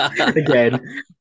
again